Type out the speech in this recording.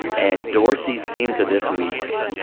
and dorsey seemed to, this week,